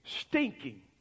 stinking